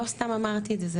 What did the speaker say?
לא סתם אמרתי את זה,